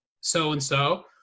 So-and-So